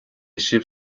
sibh